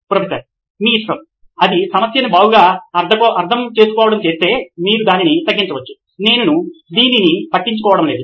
professor మీ ఇష్టం అది సమస్యను బాగుగా అర్థం చేసుకోవడం చేస్తే మీరు దానిని తగ్గించ వచ్చు నేను దీన్ని పట్టించుకోవడం లేదు